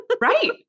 Right